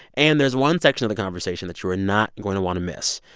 and there's one section of the conversation that you are not going to want to miss.